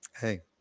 Hey